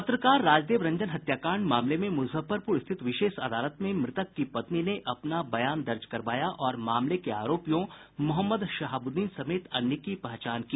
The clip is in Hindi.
पत्रकार राजदेव रंजन हत्याकांड मामले में मुजफ्फरपुर स्थित विशेष अदालत में मृतक की पत्नी ने अपना बयान दर्ज करवाया और मामले के आरोपियों मोहम्मद शहाबुद्दीन समेत अन्य की पहचान की